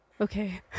okay